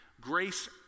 grace